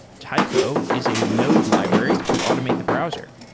taiko is a node library to automate the browser.